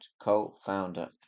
co-founder